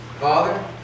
Father